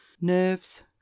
nerves